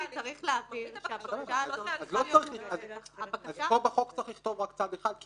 צריך להבהיר שהבקשה --- פה בחוק צריך לכתוב רק צד אחד,